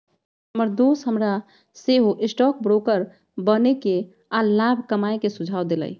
हमर दोस हमरा सेहो स्टॉक ब्रोकर बनेके आऽ लाभ कमाय के सुझाव देलइ